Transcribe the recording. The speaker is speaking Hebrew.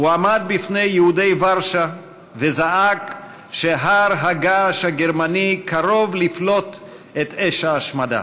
הוא עמד לפני יהודי ורשה וזעק שהר הגעש הגרמני קרוב לפלוט את אש ההשמדה.